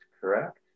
correct